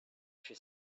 she